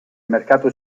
mercato